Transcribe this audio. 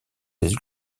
des